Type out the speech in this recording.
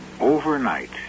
Overnight